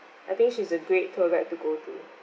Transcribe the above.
I think she's a great tour guide to go to